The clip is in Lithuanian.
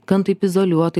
gan taip izoliuotai